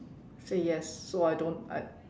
say yes so I don't I